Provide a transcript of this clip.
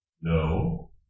No